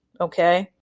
okay